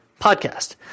podcast